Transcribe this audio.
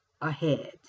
ahead